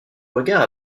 regard